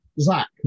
Zach